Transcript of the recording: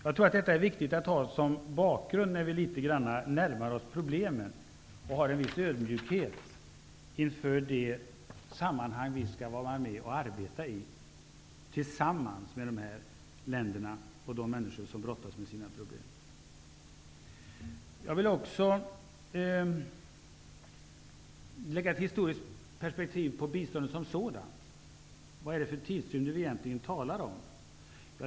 Jag tror att detta är viktigt att ha som bakgrund när vi närmar oss problemen och att vi har en viss ödmjukhet inför det sammanhang vi skall vara med och arbeta i, tillsammans med dessa länder och människorna där, som brottas med sina problem. Jag vill också lägga ett historiskt perspektiv på biståndet som sådant. Vad är det egentligen för tidsrymder som vi talar om?